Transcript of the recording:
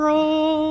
Roll